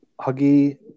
Huggy